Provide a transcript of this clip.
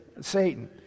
Satan